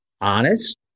honest